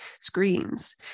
screens